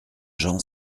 gens